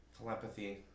telepathy